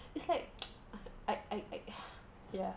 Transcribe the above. it's like I I I ah ya